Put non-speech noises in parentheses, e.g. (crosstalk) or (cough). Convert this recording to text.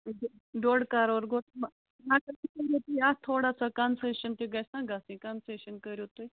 (unintelligible) ڈۄڈ کَرور گوٚو (unintelligible) تھوڑا سا کَنسیشَن تہِ گژھنَہ گژھٕنۍ کَنسیشَن کٔرِو تُہۍ